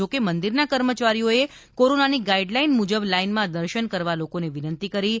જો કે મંદીરના કર્મચારીઓએ કોરોનાની ગાઇડ લાઇન મુજબ લાઇનમાં દર્શન કરવા લોકોને વિનંતી કરી હતી